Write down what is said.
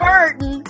Burton